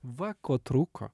va ko trūko